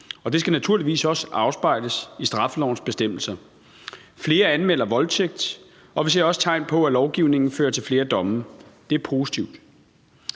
det skal naturligvis også afspejles i straffelovens bestemmelser. Flere anmelder voldtægt, og vi ser også tegn på, at lovgivningen fører til flere domme. Det er positivt.